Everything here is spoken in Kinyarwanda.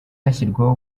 hashyirwaho